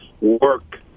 Work